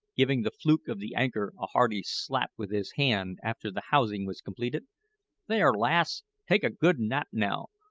giving the fluke of the anchor a hearty slap with his hand after the housing was completed there, lass, take a good nap now,